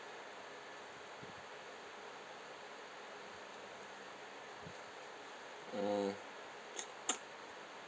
(errr)